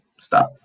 stop